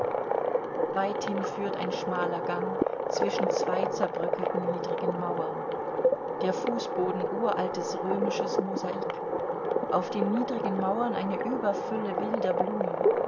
weiterhin führt ein schmaler gang zwischen zwei zerbröckelten niedrigen mauern der fußboden uraltes römisches mosaik auf den niedrigen mauern eine überfülle wilder blumen